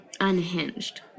unhinged